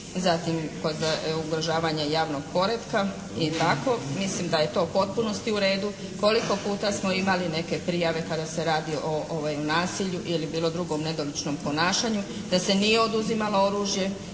zatim kod ugrožavanja javnog poretka i tako. Mislim da je to u potpunosti u redu. Koliko puta smo imali neke prijave pa da se radi o nasilju ili bilo drugom nedoličnom ponašanju, da se nije oduzimalo oružje.